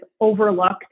overlooked